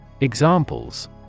Examples